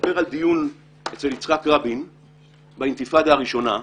מספר על דיון אצל יצחק רבין באינתיפאדה הראשונה,